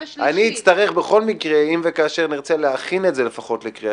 אצטרך בכל מקרה אם נרצה להכין את זה לקריאה